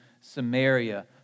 Samaria